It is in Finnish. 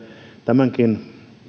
tämänkin